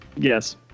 Yes